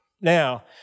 Now